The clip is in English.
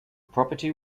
property